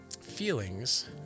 feelings